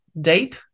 deep